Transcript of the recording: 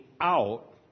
out